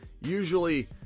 usually